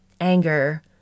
anger